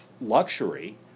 luxury